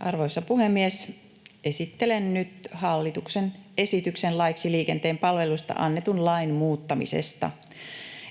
Arvoisa puhemies! Esittelen nyt hallituksen esityksen laiksi liikenteen palveluista annetun lain muuttamisesta.